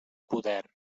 poder